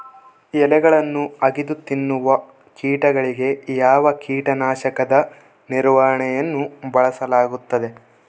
ಎಲೆಗಳನ್ನು ಅಗಿದು ತಿನ್ನುವ ಕೇಟಗಳಿಗೆ ಯಾವ ಕೇಟನಾಶಕದ ನಿರ್ವಹಣೆಯನ್ನು ಬಳಸಲಾಗುತ್ತದೆ?